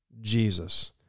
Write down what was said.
Jesus